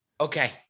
Okay